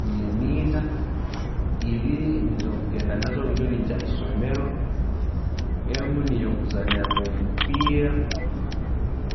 ﻿Nyine ina, ibiri nizo nkugenda nazo obunkuba ningenda haisomero, emu niyo nkuzaaniramu omupiira,